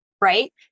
right